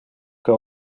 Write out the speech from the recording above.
que